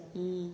mm